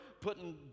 putting